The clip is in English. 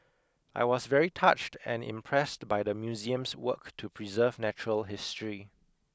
I was very touched and impressed by the museum's work to preserve natural history